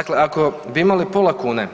Dakle, ako bi imali pola kune